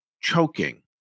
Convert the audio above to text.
choking